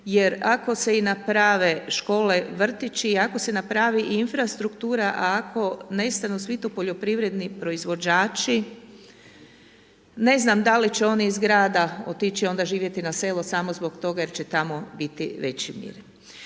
jer ako se i naprave škole, vrtići i ako se napravi i infrastruktura a ako nestanu svi tu poljoprivredni proizvođači ne znam da li će oni iz grada otići onda živjeti na selo samo zbog toga jer će tamo biti veći mir